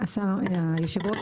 היושב ראש,